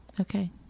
Okay